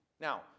Now